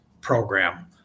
Program